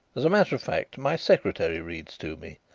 as a matter of fact, my secretary reads to me.